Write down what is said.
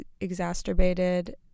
exacerbated